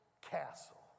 castle